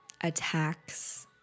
attacks